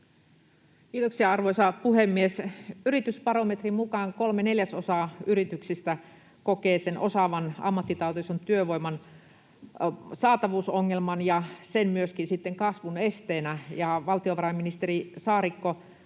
Kiitoksia, arvoisa puhemies! Yritysbarometrin mukaan kolme neljäsosaa yrityksistä kokee osaavan, ammattitaitoisen työvoiman saatavuusongelman ja sen myöskin sitten kasvun esteenä. Valtiovarainministeri Saarikko